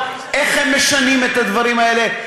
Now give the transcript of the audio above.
איך הם משנים את הדברים האלה,